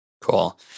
Cool